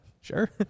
sure